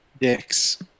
Dicks